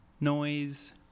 Noise